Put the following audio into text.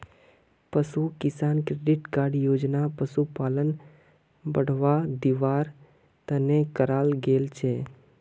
पशु किसान credit card योजना पशुपालनक बढ़ावा दिवार तने कराल गेल छे